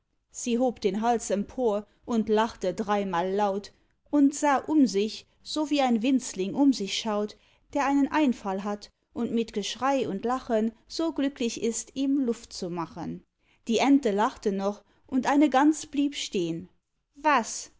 sie hob den hals empor und lachte dreimal laut und sah um sich so wie ein witzling um sich schaut der einen einfall hat und mit geschrei und lachen so glücklich ist ihm luft zu machen die ente lachte noch und eine gans blieb stehn was